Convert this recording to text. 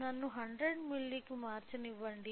నన్ను 100 మిల్లీకి మార్చనివ్వండి